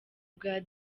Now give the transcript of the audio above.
bwa